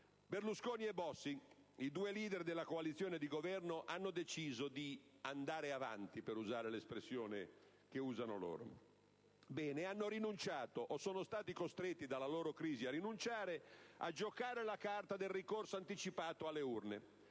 Berlusconi e Bossi, i due *leader* della coalizione di Governo, hanno deciso di "andare avanti", per usare la loro espressione. Hanno rinunciato - o sono stati costretti dalla loro crisi a rinunciare - a giocare la carta del ricorso anticipato alle urne.